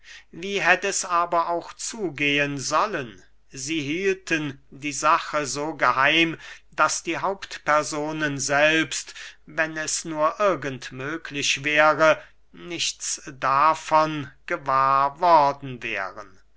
wie hätt es aber auch zugehen sollen sie hielten die sache so geheim daß die hauptpersonen selbst wenn es nur irgend möglich wäre nichts davon gewahr worden wären